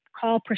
call